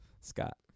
Scott